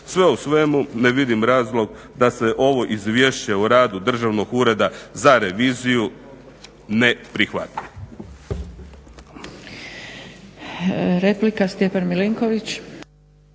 Sve u svemu ne vidim razlog da se ovo izvješće o radu Državnog ureda za reviziju ne prihvati.